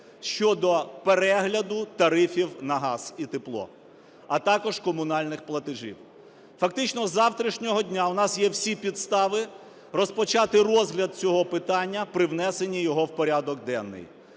щодо перегляду тарифів на газ і тепло, а також комунальних платежів. Фактично з завтрашнього дня у нас є всі підстави розпочати розгляд цього питання при внесені його в прядок денний,